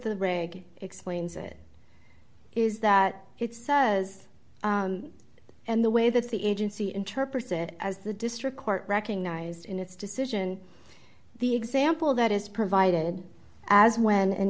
the reg explains it is that it says and the way that the agency interprets it as the district court recognized in its decision the example that is provided as when an